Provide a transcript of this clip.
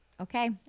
Okay